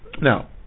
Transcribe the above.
now